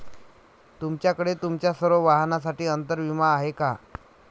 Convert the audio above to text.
तुमच्याकडे तुमच्या सर्व वाहनांसाठी अंतर विमा आहे का